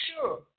sure